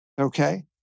Okay